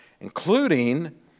including